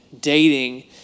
dating